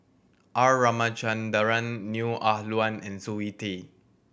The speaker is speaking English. R Ramachandran Neo Ah Luan and Zoe Tay